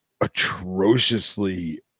atrociously